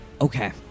Okay